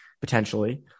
potentially –